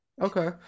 okay